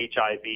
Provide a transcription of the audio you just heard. HIV